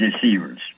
deceivers